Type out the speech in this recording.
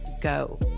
go